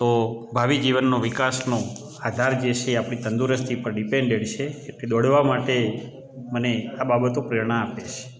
તો ભાવિ જીવનનો વિકાસ નો આધાર જે છે આપણી તંદુરસ્તી પર ડીપેન્ડેડ છે એટલે દોડવા માટે મને આ બાબતો પ્રેરણા આપે છે